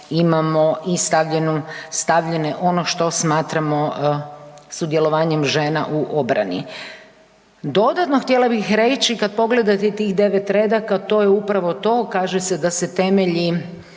stavljene ono što smatramo sudjelovanjem žena u obrani. Dodatno htjela bih reći kad pogledate tih 9 redaka, to je upravo to, kaže se da se temelji